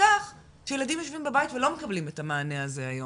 כך שהם יושבים בבית ולא מקבלים את המענה הזה היום,